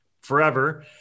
forever